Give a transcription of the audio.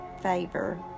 favor